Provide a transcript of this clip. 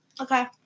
Okay